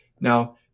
Now